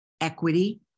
equity